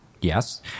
yes